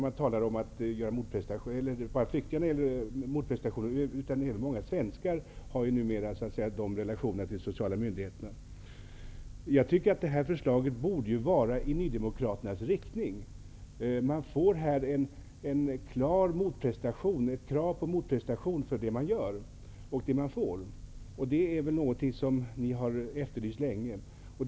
Detta om motprestation gäller ju inte bara flyktingar, utan även många svenskar har numera så att säga en sådan relation till de sociala myndigheterna. Jag tycker att det här förslaget borde gå i den riktning som Nydemokraterna önskar. Det ställs i förslaget ett klart krav på motprestation när det gäller det som man gör och det som man får. Det är väl något som Nydemokraterna länge har efterlyst.